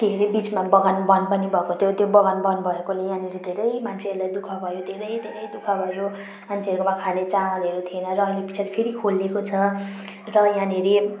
के रे बिचमा बगान बन्द पनि भएको थियो त्यो बगान बन्द भएकोले यहाँनिर धेरै मान्छेहरूलाई दु ख भयो धेरै धेरै दु ख भयो मान्छेहरूकोमा खाने चामलहरू थिएन र अनि पछाडि फेरि खोलेको छ र यहाँनिर